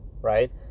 right